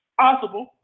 possible